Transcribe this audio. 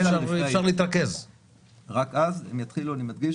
אני מדגיש,